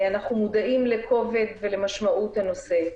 אנחנו מודעים לכובד ולמשמעות הנושא.